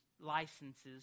Licenses